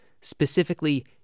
specifically